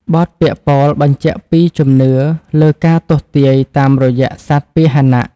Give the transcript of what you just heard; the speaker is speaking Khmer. បទពាក្យពោលបញ្ជាក់ពីជំនឿលើការទស្សន៍ទាយតាមរយៈសត្វពាហនៈ។